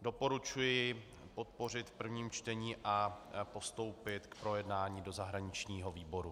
Doporučuji podpořit v prvním čtení a postoupit k projednání do zahraničního výboru.